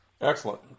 Excellent